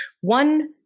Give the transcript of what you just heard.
one